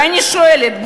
ואני שואלת,